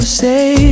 say